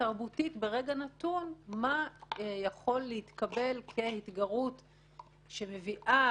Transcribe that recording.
שתיים מהן הולכת להמתה באחריות מופחתת,